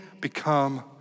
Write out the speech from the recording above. become